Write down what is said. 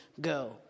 Go